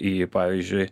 į pavyzdžiui